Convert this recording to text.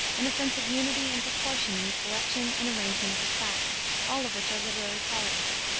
and a sense of unity and proportion in the selection and arrangement of his facts, all of which are literary qualities.